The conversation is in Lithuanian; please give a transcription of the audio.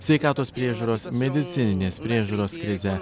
sveikatos priežiūros medicininės priežiūros krizę